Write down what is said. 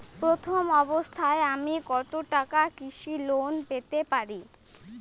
প্রথম অবস্থায় আমি কত টাকা কৃষি লোন পেতে পারি?